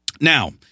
Now